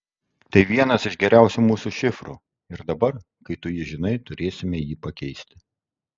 tai vienas iš geriausių mūsų šifrų ir dabar kai tu jį žinai turėsime jį pakeisti